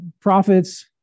prophets